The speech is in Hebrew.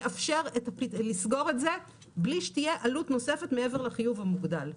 לאפשר לסגור את זה בלי שתהיה עלות נוספת מעבר לחיוב המוגדל.